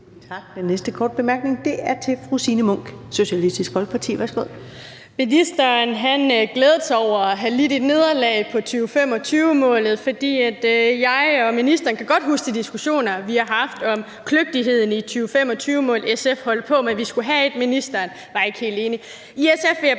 Den næste korte bemærkning er til fru Signe Munk, Socialistisk Folkeparti. Værsgo. Kl. 18:19 Signe Munk (SF): Ministeren glædede sig over at have lidt et nederlag på 2025-målet, for jeg og ministeren kan godt huske de diskussioner, vi har haft om det kløgtige i 2025-målet, SF holdt på, men vi skulle have et, og ministeren var ikke helt enig.